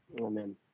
Amen